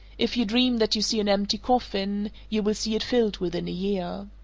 if you dream that you see an empty coffin, you will see it filled within a year.